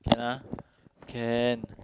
can ah can